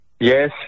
Yes